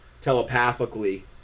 telepathically